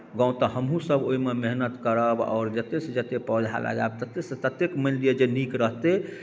गाम तऽ हमहूँसभ ओहिमे मेहनत करब आओर जतेकसँ जतेक पौधा लगायब ततेकसँ ततेक मानि लिअ जे नीक रहतै